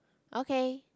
okay